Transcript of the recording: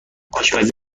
آشپزی